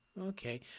Okay